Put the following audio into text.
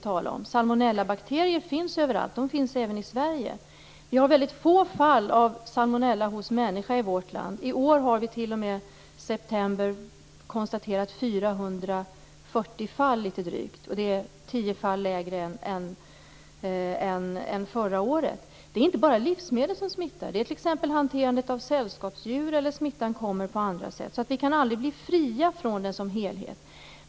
Sådana finns överallt. De finns även i Sverige. Vi har få fall av salmonella hos människa i vårt land. I år har vi t.o.m. september månad konstaterat litet drygt 440 fall. Det är 10 fall färre än förra året. Det är inte bara livsmedel som smittar. Smittan kommer t.ex. genom hanterandet av sällskapsdjur eller på andra sätt. Vi kan aldrig bli helt fria från den.